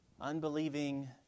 unbelieving